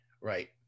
right